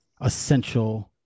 essential